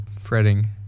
fretting